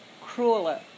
crueler